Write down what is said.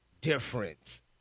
difference